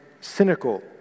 cynical